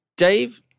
Dave